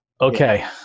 okay